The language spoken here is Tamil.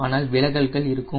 ஆனால் விலகல்கள் இருக்கும்